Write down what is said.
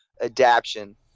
adaption